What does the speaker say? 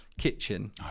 kitchen